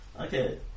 Okay